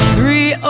Three